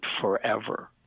forever